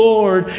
Lord